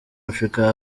africa